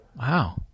Wow